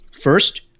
First